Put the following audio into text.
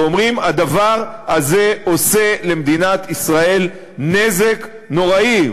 ואומרים: הדבר הזה עושה למדינת ישראל נזק נוראי.